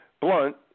Blunt